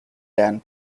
dan